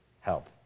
help